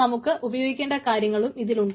നമുക്ക് ഉപയോഗിക്കേണ്ട കാര്യങ്ങളും ഇതിൽ ഉണ്ട്